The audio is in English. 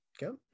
go